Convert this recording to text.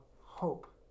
hope